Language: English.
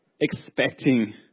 expecting